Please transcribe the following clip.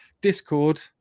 Discord